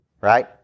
right